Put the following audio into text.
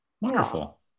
wonderful